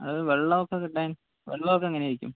അത് വെള്ളവൊക്കെ കിട്ടാൻ വെള്ളവൊക്കെ എങ്ങനായിരിക്കും